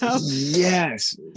yes